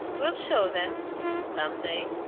we'll show them someday!